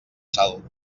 sal